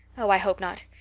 oh, i hope not.